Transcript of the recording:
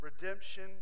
redemption